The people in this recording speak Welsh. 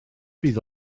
bydd